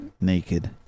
Naked